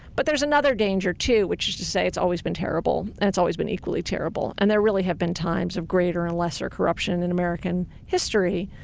but there is another danger too which is to say it's always been terrible and it's always been equally terrible. and there really have been times of greater and lesser corruption in american history.